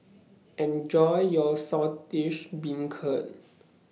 Enjoy your Saltish Beancurd